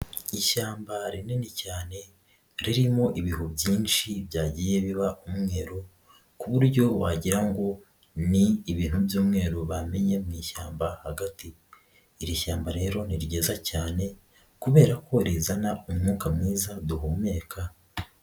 Ishyamba rinini cyane ririmo ibihu byinshi byagiye biba umweru ku buryo wagira ngo ni ibintu by'umweru bamenye mu ishyamba hagati, iri shyamba rero ni ryiza cyane kubera ko rizana umwuka mwiza duhumeka.